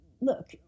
Look